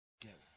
together